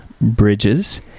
Bridges